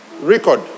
record